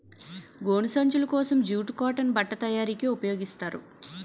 గోను సంచులు కోసం జూటు కాటన్ బట్ట తయారీకి ఉపయోగిస్తారు